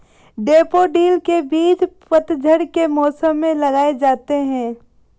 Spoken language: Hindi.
डैफ़ोडिल के बीज पतझड़ के मौसम में लगाए जाते हैं